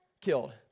killed